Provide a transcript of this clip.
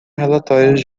relatórios